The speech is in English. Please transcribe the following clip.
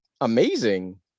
amazing